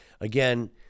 Again